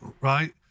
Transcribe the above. right